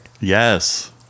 Yes